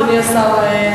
אדוני השר,